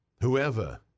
Whoever